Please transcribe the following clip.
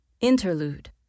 Interlude